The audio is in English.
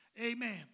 Amen